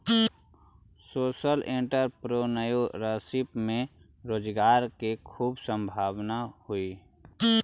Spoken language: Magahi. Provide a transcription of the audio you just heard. सोशल एंटरप्रेन्योरशिप में रोजगार के खूब संभावना हई